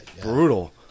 Brutal